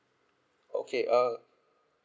okay uh